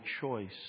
choice